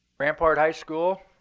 rampart high school